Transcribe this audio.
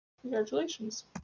Congratulations